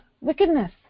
wickedness